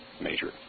major